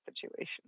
situation